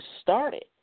started